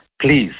please